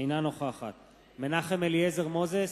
אינה נוכחת מנחם אליעזר מוזס,